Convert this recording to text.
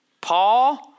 Paul